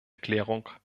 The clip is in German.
erklärung